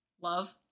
love